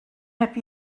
heb